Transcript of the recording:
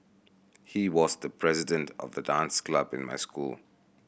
he was the president of the dance club in my school